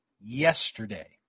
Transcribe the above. yesterday